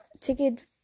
ticket